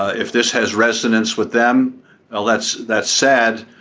if this has resonance with them well that's that's sad.